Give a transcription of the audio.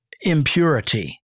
impurity